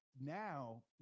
now